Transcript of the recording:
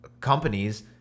companies